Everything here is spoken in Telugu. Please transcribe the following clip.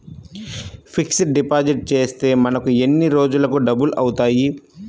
ఫిక్సడ్ డిపాజిట్ చేస్తే మనకు ఎన్ని రోజులకు డబల్ అవుతాయి?